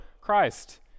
Christ